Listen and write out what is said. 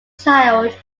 child